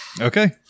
Okay